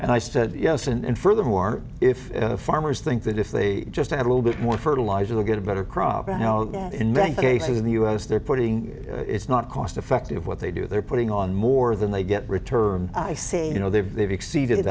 and i said yes and furthermore if farmers think that if they just have a little bit more fertilizer they'll get a better crop and in many cases in the us they're putting it's not cost effective what they do they're putting on more than they get returned i say you know they've they've exceeded